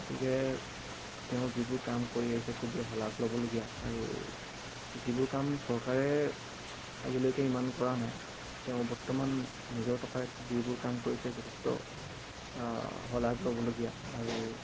গতিকে তেওঁ যিবোৰ কাম কৰি আহিছে খুবেই শলাগ ল'বলগীয়া আৰু যিবোৰ কাম চৰকাৰে আজিলৈকে ইমান কৰা নাই তেওঁ বৰ্তমান নিজৰ টকাৰে যিবোৰ কাম কৰিছে যথেষ্ট শলাগ ল'বলগীয়া আৰু